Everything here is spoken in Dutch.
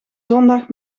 zondag